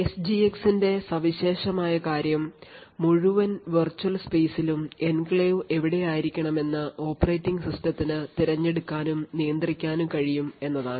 എസ്ജിഎക്സിന്റെ സവിശേഷമായ കാര്യം മുഴുവൻ വിർച്വൽ സ്പെയ്സിലും എൻക്ലേവ് എവിടെയായിരിക്കണമെന്ന് ഓപ്പറേറ്റിംഗ് സിസ്റ്റത്തിന് തിരഞ്ഞെടുക്കാനും നിയന്ത്രിക്കാനും കഴിയും എന്നതാണ്